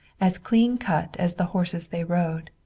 as clean-cut as the horses they rode,